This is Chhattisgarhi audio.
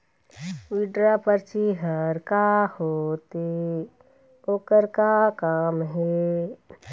विड्रॉ परची हर का होते, ओकर का काम हे?